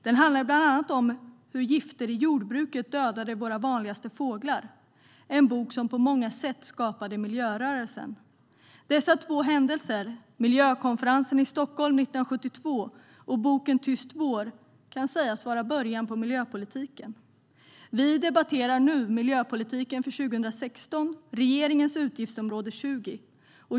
Den handlar bland annat om hur gifter i jordbruket dödade våra vanligaste fåglar och är en bok som på många sätt skapade miljörörelsen. Dessa två händelser, miljökonferensen i Stockholm 1972 och boken Tyst vår , kan sägas vara början på miljöpolitiken. Vi debatterar nu miljöpolitiken för 2016, regeringens utgiftsområde 20.